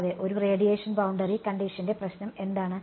അതെ ഒരു radiation boundary കണ്ടിഷൻറെ പ്രശ്നം എന്താണ്